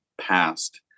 past